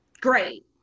great